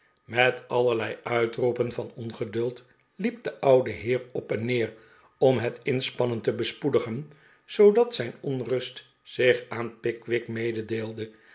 met allerlei uitroepen van ongeduld liep de oude heer op en neer dm het inspannen te bespoedigen zoodat zijn onrust zich aan pickwick